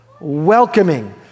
welcoming